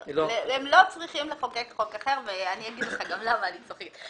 הם לא צריכים לחוקק חוק אחר ואני גם אומר לך למה אני צוחקת.